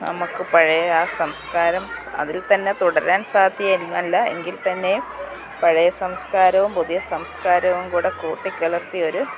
നമുക്ക് പഴയ ആ സംസ്കാരം അതിൽ തന്നെ തുടരാൻ സാധ്യം ഇല്ലല്ലോ എങ്കിൽ തന്നെ പഴയ സംസ്കാരവും പുതിയ സംസ്കാരവും കൂടി കൂട്ടിക്കലർത്തി ഒരു